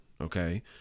okay